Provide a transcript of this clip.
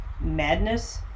madness